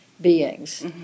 beings